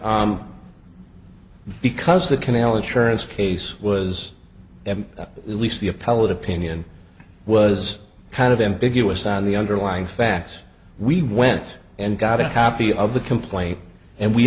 because the canal insurance case was at least the appellate opinion was kind of ambiguous on the underlying facts we went and got a copy of the complaint and we